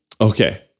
okay